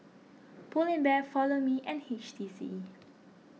Pull Bear Follow Me and H T C